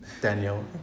Daniel